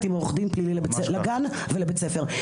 עם עורך דין פלילי לגן ולבית הספר,